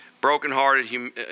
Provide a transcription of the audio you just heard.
brokenhearted